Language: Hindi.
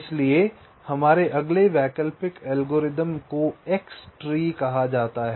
इसलिए हमारे अगले वैकल्पिक एल्गोरिदम को X ट्री कहा जाता है